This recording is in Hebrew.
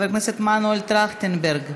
חבר הכנסת מנואל טרכטנברג,